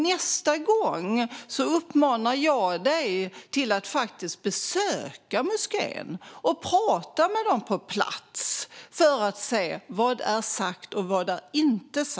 Nästa gång uppmanar jag dig att besöka moskén och prata med dem på plats för att se vad som är sagt och vad som inte är sagt.